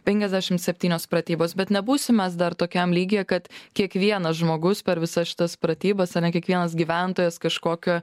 penkiasdešim septynios pratybos bet nebūsim mes dar tokiam lygyje kad kiekvienas žmogus per visas šitas pratybas ar ne kiekvienas gyventojas kažkokia